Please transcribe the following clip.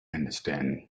understand